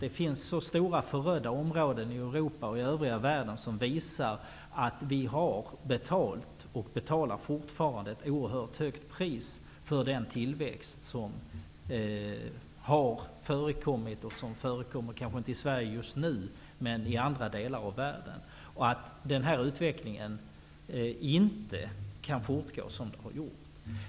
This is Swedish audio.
Det finns stora förödda områden i Europa och i övriga världen som visar att vi har betalt och fortfarande betalar ett oerhört högt pris för den tillväxt som har förekommit och som förekommer -- kanske inte just nu i Sverige, men i andra delar av världen. Denna utveckling kan inte fortgå som den tidigare har gjort.